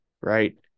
Right